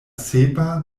sepa